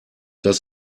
das